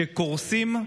וקורסים.